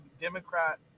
Democrat